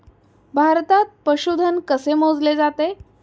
भारतात पशुधन कसे मोजले जाते?